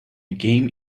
game